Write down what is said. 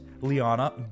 Liana